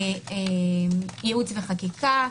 ייעוץ וחקיקה,